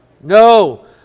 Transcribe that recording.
No